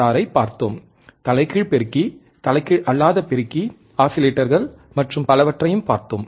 ஆரைப் பார்த்தோம் தலைகீழ் பெருக்கி தலைகீழ் அல்லாத பெருக்கி ஆஸிலேட்டர்கள் மற்றும் பலவற்றையும் பார்த்தோம்